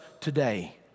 today